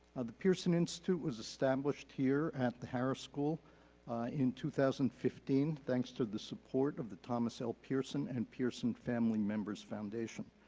the pearson institute was established here at the harris school in two thousand and fifteen thanks to the support of the thomas l. pearson and pearson family members foundation.